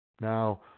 Now